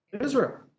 Israel